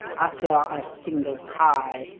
utter a single cry,